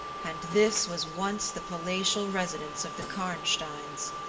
and this was once the palatial residence of the karnsteins!